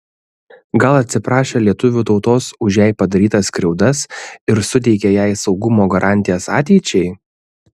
gal atsiprašė lietuvių tautos už jai padarytas skriaudas ir suteikė jai saugumo garantijas ateičiai